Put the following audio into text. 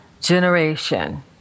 generation